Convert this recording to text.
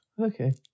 Okay